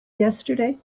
yesterday